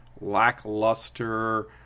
lackluster